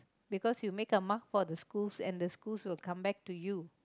because you make a mark for the schools and the schools will come back to you